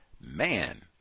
man